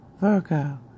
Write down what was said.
Virgo